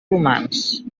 humans